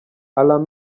alarm